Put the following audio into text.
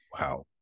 Wow